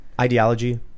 Ideology